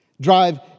Drive